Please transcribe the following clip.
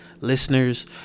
listeners